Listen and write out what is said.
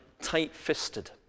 tight-fisted